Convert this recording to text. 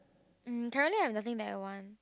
mm currently have nothing that I want